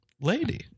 lady